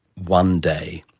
one day.